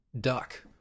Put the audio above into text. duck